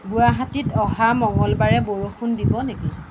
গুৱাহাটীত অহা মঙলবাৰে বৰষুণ দিব নেকি